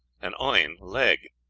and oin, leg.